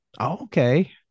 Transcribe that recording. okay